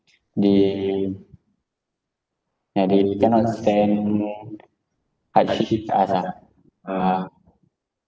they ya they cannot stand hardships like us ah ah